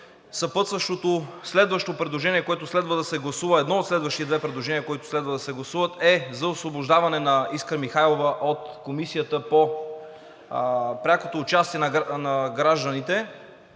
следващите две предложения, които следва да се гласуват, е за освобождаване на Искра Михайлова от Комисията за прякото участие на гражданите